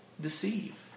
deceive